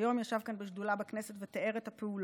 שהיום ישב כאן בשדולה בכנסת ותיאר את הפעולות.